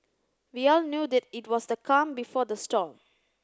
we all knew that it was the calm before the storm